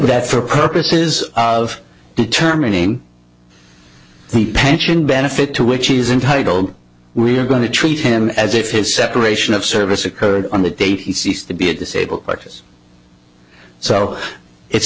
that for purposes of determining the pension benefit to which is intitled we're going to treat him as if his separation of service occurred on the day he ceased to be a disabled practice so it's